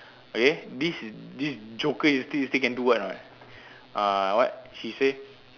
okay this this joker still still can do what or not uh what she say